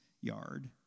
yard